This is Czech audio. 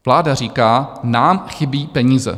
Vláda říká: Nám chybí peníze.